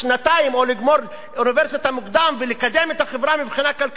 או יגמרו אוניברסיטה מוקדם ויקדמו את החברה מבחינה כלכלית-חברתית,